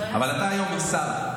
אבל היום אתה שר.